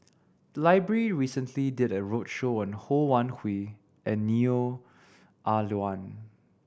the library recently did a roadshow on Ho Wan Hui and Neo Ah Luan